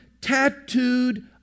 tattooed